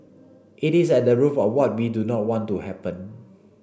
it is at the root of what we do not want to happen